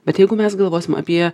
bet jeigu mes galvosim apie